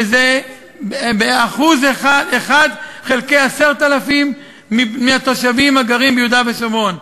שזה 1 חלקי 10,000 מהתושבים הגרים ביהודה ושומרון.